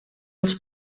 els